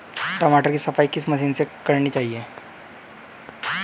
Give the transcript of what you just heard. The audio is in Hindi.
टमाटर की सफाई किस मशीन से करनी चाहिए?